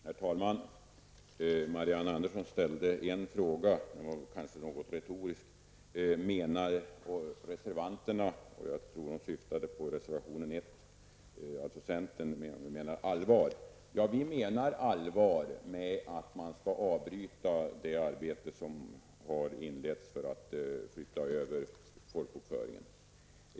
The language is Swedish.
Herr talman! Marianne Andersson i Gislaved ställde en fråga, den var väl kanske något retorisk, om reservanterna, dvs. centern, menar allvar. Jag tror att hon syftade på reservation 1. Ja, vi menar allvar med att man skall avbryta det arbete som har inletts för att flytta över folkbokföringen.